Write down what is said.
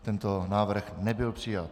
Tento návrh nebyl přijat.